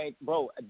Bro